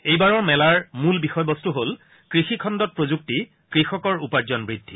এইবাৰৰ মেলাৰ মূল বিষয়বস্তু হ'ল কৃষি খণ্ডত প্ৰযুক্তি কৃষকৰ উপাৰ্জন বৃদ্ধি